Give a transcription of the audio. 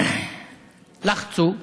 לחצו,